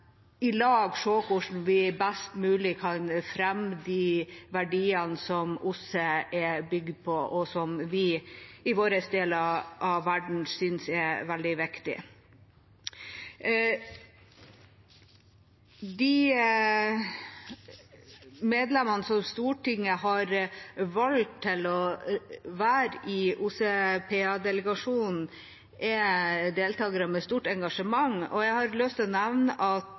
hvordan vi best kan fremme de verdiene som OSSE er bygd på, og som vi i vår del av verden synes er veldig viktige. De medlemmene som Stortinget har valgt til å være i OSSE-delegasjonen, er deltakere med stort engasjement. Jeg har lyst til å nevne at